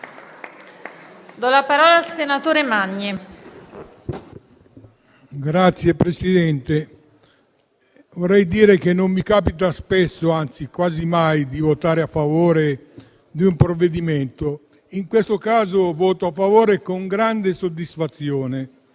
MAGNI *(Misto-AVS)*. Signora Presidente, vorrei dire che non mi capita spesso, anzi quasi mai, di votare a favore di un provvedimento. In questo caso voto a favore con grande soddisfazione